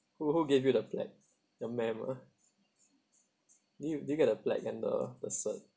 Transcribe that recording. who who gave you the plaque the ma'am ah do you do you got the plaque and the the cert